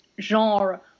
genre